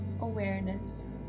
awareness